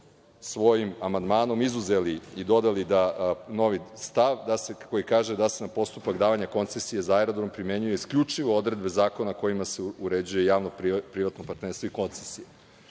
svojim amandmanom izuzeli i dodali novi stav koji kaže da se na postupak davanja koncesije za aerodrom primenjuju isključivo odredbe zakona kojima se uređuje javno-privatno partnerstvo i koncesije.U